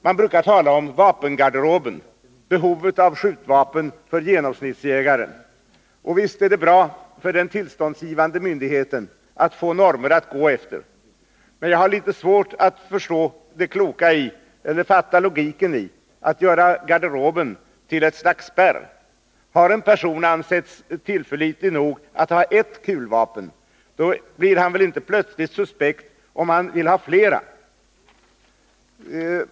Man brukar tala om vapengarderoben, behovet av skjutvapen för genomsnittsjägaren, och visst är det bra för den tillståndsgivande myndigheten att få normer att gå efter, men jag har litet svårt att fatta logiken i att göra garderoben till ett slags spärr. Har en person ansetts tillförlitlig nog att ha ett kulvapen, blir han väl inte plötsligt suspekt om han vill ha flera.